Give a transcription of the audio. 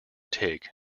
take